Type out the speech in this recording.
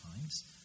times